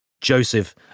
Joseph